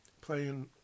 playing